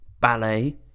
ballet